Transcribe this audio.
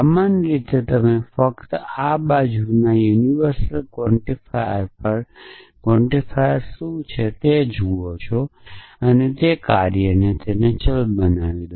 સામાન્ય રીતે તમે ફક્ત આ બાજુના સાર્વત્રિક ક્વોન્ટિફાયર્સ પરના ક્વોન્ટિફાયર્સ શું છે તે જુઓ અને તે કાર્યના તે ચલને બનાવો